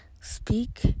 speak